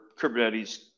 Kubernetes